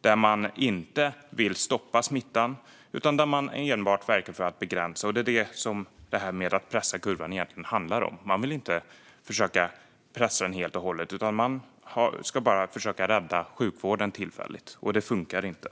där man inte vill stoppa smittan utan enbart verka för att begränsa den. Det är det som det här med att pressa kurvan egentligen handlar om. Man vill inte försöka pressa ned den helt och hållet, utan man ska bara försöka att rädda sjukvården tillfälligt. Det funkar inte.